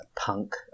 punk